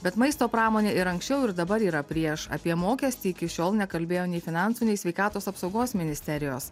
bet maisto pramonė ir anksčiau ir dabar yra prieš apie mokestį iki šiol nekalbėjo nei finansų nei sveikatos apsaugos ministerijos